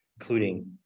including